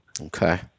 Okay